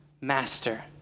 master